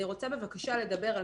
אני רוצה לדבר על